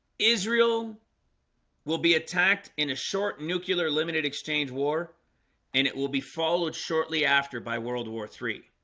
israel will be attacked in a short nuclear limited exchange war and it will be followed shortly after by world war three